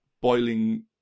boiling